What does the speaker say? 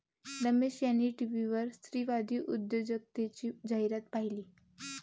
रमेश यांनी टीव्हीवर स्त्रीवादी उद्योजकतेची जाहिरात पाहिली